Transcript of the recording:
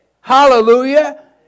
hallelujah